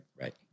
right